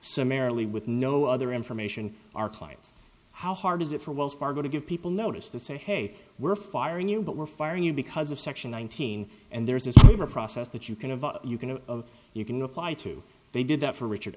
summarily with no other information our clients how hard is it for wells fargo to give people notice to say hey we're firing you but we're firing you because of section nineteen and there's a secret process that you can have you can of you can apply to they did that for richard